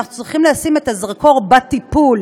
אנחנו צריכים לשים את הזרקור בטיפול.